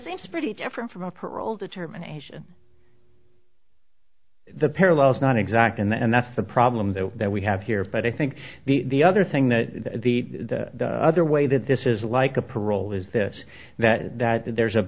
seems pretty different from a parole determination the parallel is not exact and that's the problem that we have here but i think the the other thing that the other way that this is like a parole is this that that there's a